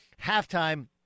Halftime